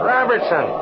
Robertson